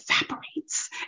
evaporates